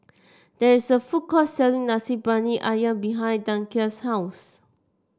there is a food court selling Nasi Briyani ayam behind Danica's house